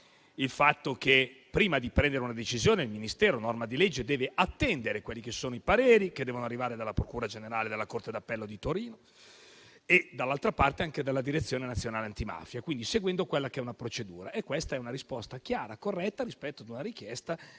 il fatto che, prima di prendere una decisione, il Ministero, a norma di legge, deve attendere i pareri che devono arrivare dalla procura generale della corte d'appello di Torino e anche dalla Direzione nazionale antimafia, seguendo quindi una procedura. Questa è una risposta chiara e corretta, rispetto ad una richiesta